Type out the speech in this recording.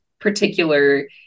particular